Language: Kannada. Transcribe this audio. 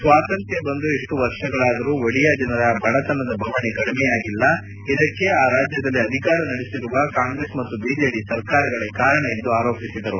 ಸ್ವಾತಂತ್ರ್ಯ ಬಂದು ಇಷ್ಟು ವರ್ಷಗಳಾದರೂ ಒಡಿಯಾ ಜನರ ಬಡತನದ ಬವಣೆ ಕಡಿಮೆಯಾಗಿಲ್ಲ ಇದಕ್ಕೆ ಆ ರಾಜ್ವದಲ್ಲಿ ಅಧಿಕಾರ ನಡೆಸಿರುವ ಕಾಂಗ್ರೆಸ್ ಮತ್ತು ಬಿಜೆಡಿ ಸರ್ಕಾರಗಳೇ ಕಾರಣ ಎಂದು ಆರೋಪಿಸಿದರು